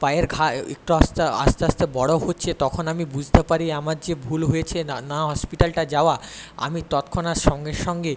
পায়ের ঘা একটু আস্তে আস্তে আস্তে আস্তে বড় হচ্ছে তখন আমি বুঝতে পারি আমার যে ভুল হয়েছে না হসপিটালটা যাওয়া আমি তৎক্ষণাৎ সঙ্গে সঙ্গে